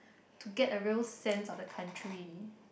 to get a real sense of the country